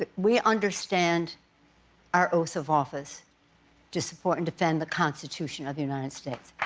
but we understand our oath of office to support and defend the constitution of the united states.